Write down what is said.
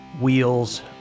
wheels